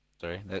Sorry